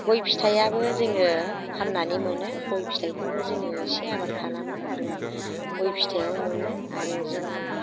गय फिथाइयाबो जोङो फाननानै मोनो गय फिथाइखौबो जोङो एसे आबाद खालामो आरो गय फिथाइयाव मोनो आरो जोंनि